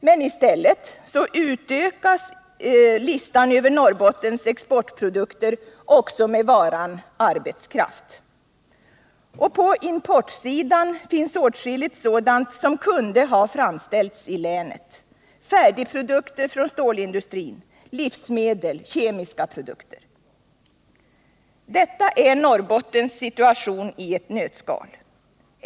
Meni stället utökas listan över Norrbottens exportprodukter också med varan arbetskraft. Och på importsidan finns åtskilligt sådant som kunde ha framställts i länet — färdigprodukter från stålindustrin, livsmedel, kemiska produkter. Detta är Norrbottens situation i ett nötskal.